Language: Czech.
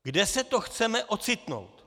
Kde se to chceme ocitnout?